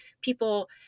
people